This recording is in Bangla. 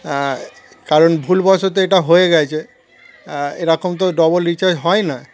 কারণ ভুলবশত এটা হয়ে গেছে এরকম তো ডবল রিচার্জ হয় না